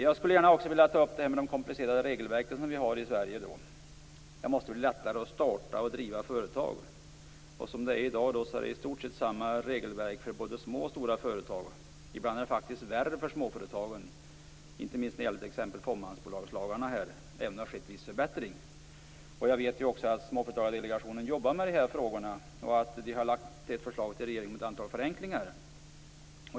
Jag skulle också vilja ta upp frågan om de komplicerade regelverk vi har i Sverige. Det måste bli lättare att starta och driva företag. I dag är det i stort sett samma regelverk för både små och stora företag. Ibland är det faktiskt värre för småföretagen inte minst när det gäller t.ex. fåmansbolagslagarna, även om det har skett en viss förbättring. Jag vet också att småföretagardelegationen jobbar med de här frågorna och att de har lagt förslag till regeringen om ett antal förenklingar.